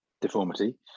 deformity